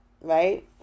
Right